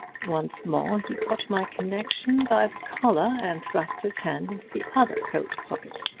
once more he caught my connection by the collar and thrust his hand into the other coat pocket.